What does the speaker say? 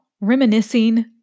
reminiscing